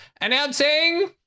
announcing